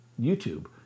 YouTube